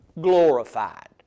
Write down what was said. glorified